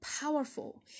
powerful